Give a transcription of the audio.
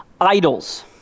Idols